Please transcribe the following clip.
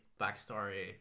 backstory